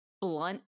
blunt